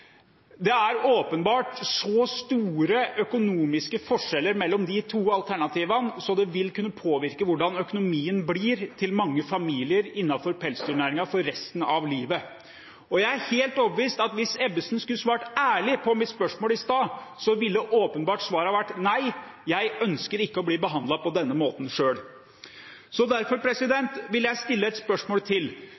Det er åpenbart så store økonomiske forskjeller mellom de to alternativene at det vil kunne påvirke hvordan økonomien blir for mange familier innenfor pelsdyrnæringen for resten av livet. Jeg er helt overbevist om at hvis Ebbesen skulle svart ærlig på mitt spørsmål i stad, ville svaret åpenbart ha vært nei, jeg ønsker ikke å bli behandlet på denne måten selv. Derfor